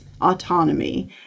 autonomy